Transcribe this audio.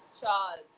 Charles